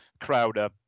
Crowder